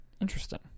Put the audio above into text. Interesting